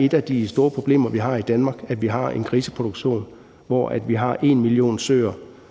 Et de store problemer, vi har i Danmark, er, at vi har en griseproduktion, hvor vi har 1 million søer,